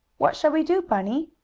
what shall we do, bunny?